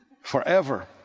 forever